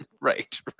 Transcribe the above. right